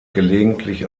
gelegentlich